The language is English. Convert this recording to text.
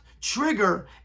trigger